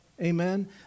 Amen